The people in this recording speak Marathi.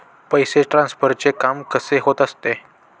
पैसे ट्रान्सफरचे काम कसे होत असते?